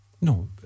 No